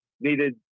needed